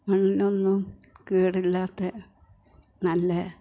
മണ്ണിനൊന്നും കേടില്ലാത്ത നല്ല